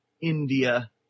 India